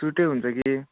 सुटै हुन्छ कि